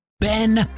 Ben